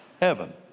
heaven